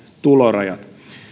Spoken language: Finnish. tulorajat